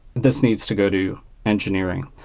this needs to go to engineering.